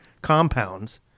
compounds